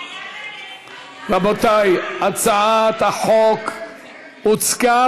רבותי, הצעת החוק הוצגה